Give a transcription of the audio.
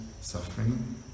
suffering